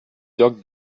joc